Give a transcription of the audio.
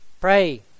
pray